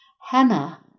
Hannah